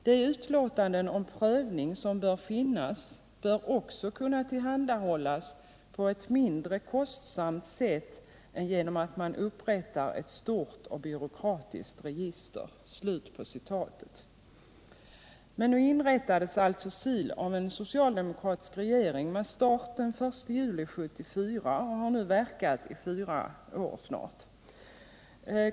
De utlåtanden om prövning som bör finnas bör också kunna tillhandahållas på ett mindre kostsamt sätt än genom att man upprättar ett stort och byråkratiskt register.” Men nu inrättades alltså SIL av en socialdemokratisk regering med start den 1 juli 1974. SIL har nu verkat i snart fyra år.